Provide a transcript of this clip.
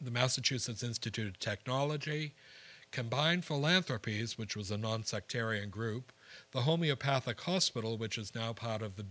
the massachusetts institute of technology combined philanthropies which was a nonsectarian group the homeopathic hospital which is now part of the